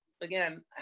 Again